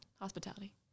Hospitality